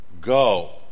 Go